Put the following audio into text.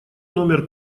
номер